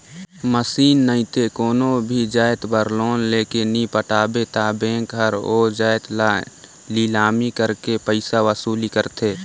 machine नइते कोनो भी जाएत बर लोन लेके नी पटाबे ता बेंक हर ओ जाएत ल लिलामी करके पइसा वसूली करथे